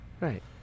Right